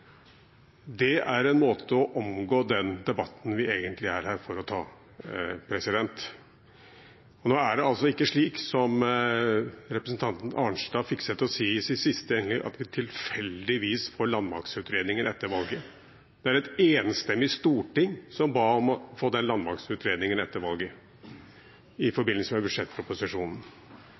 Det er en måte å omgå den debatten vi egentlig er her for å ta. Nå er det altså ikke slik som representanten Arnstad fikk seg til å si i sitt siste innlegg, at vi «tilfeldigvis» får landmaktutredningen etter valget. Det var et enstemmig storting som ba om å få landmaktutredningen etter valget, i forbindelse med budsjettproposisjonen.